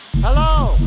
Hello